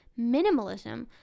minimalism